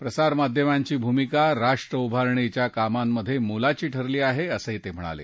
प्रसारमाध्यमांची भूमिका राष्ट्र्उभारणीच्या कामांमधे मोलाची ठरली आहे असंही ते म्हणाले